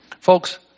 folks